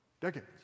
Decades